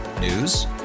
News